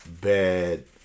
bad